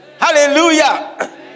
Hallelujah